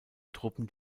truppen